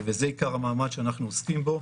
וזה עיקר המאמץ שאנחנו עוסקים בו.